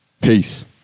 Peace